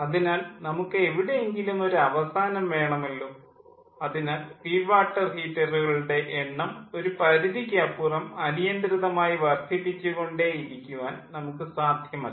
അതിനാൽ നമുക്ക് എവിടെ എങ്കിലും ഒരു അവസാനം വേണമല്ലോ അതിനാൽ ഫീഡ് വാട്ടർ ഹീറ്ററുകളുടെ എണ്ണം ഒരു പരിധിയ്ക്ക് അപ്പുറം അനിയന്ത്രിതമായി വർദ്ധിപ്പിച്ചു കൊണ്ടേയിരിക്കുവാൻ നമുക്ക് സാധ്യമല്ല